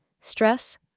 stress